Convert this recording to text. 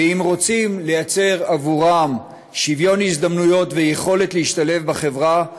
אם רוצים לייצר עבורם שוויון הזדמנויות ויכולת להשתלב בחברה,